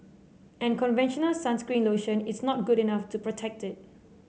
and conventional sunscreen lotion is not good enough to protect it